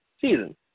season